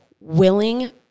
willing